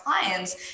clients